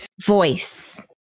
voice